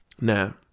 Now